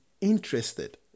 interested